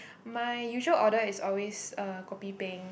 my usual order is always uh kopi peng